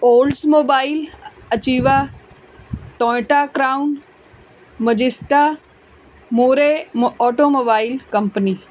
Oldsmobile Achieva Toyota Crown Majesta ਮੋਰੇ ਮੋ automobile company